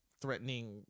threatening